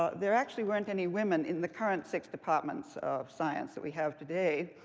ah there actually weren't any women in the current six departments of science that we have today.